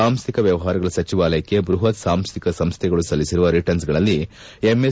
ಸಾಂಸ್ಥಿಕ ವ್ಯಮಾರಗಳ ಸಚಿವಾಲಯಕ್ಕೆ ಬೃಹತ್ ಸಾಂಸ್ಥಿಕ ಸಂಸ್ಥೆಗಳು ಸಲ್ಲಿಸಿರುವ ರಿಟರ್ನ್ಸ್ಗಳಲ್ಲಿ ಎಂಎಸ್